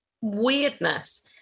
weirdness